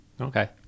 Okay